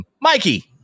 Mikey